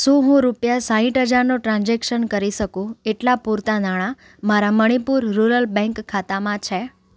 શું હું રૂપિયા સાહીઠ હજારનો ટ્રાન્ઝેક્શન કરી શકું એટલાં પૂરતા નાણા મારા મણીપુર રૂરલ બેંક ખાતામાં છે